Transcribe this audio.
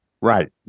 Right